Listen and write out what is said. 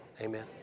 amen